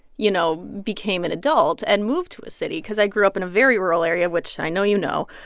you know, became an adult and moved to a city because i grew up in a very rural area, which i know you know.